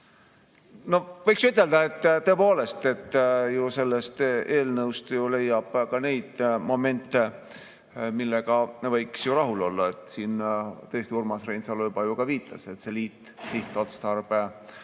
Võiks ütelda, et tõepoolest, sellest eelnõust ju leiab ka neid momente, millega võiks rahul olla. Siin tõesti Urmas Reinsalu juba ka ju viitas, et see liitsihtotstarbega